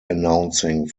announcing